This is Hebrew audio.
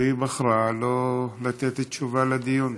והיא בחרה שלא לתת תשובה בדיון.